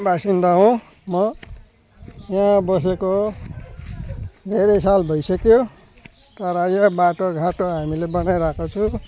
वासिन्दा हो म यहाँ बसेको धेरै साल भइसक्यो तर यो बाटोघाटो हामीले बनाइरहेको छु